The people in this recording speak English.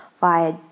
via